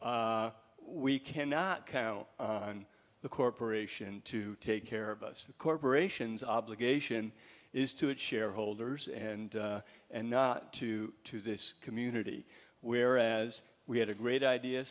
we cannot count on the corporation to take care of us the corporations obligation is to it shareholders and and not to to this community whereas we had a great idea